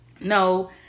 No